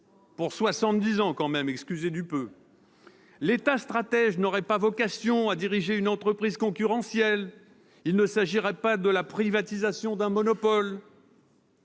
pour soixante-dix ans- excusez du peu ! L'État stratège n'aurait pas vocation à diriger une entreprise concurrentielle. Il ne s'agirait pas de la privatisation d'un monopole.